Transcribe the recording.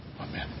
Amen